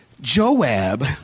Joab